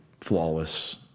flawless